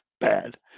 bad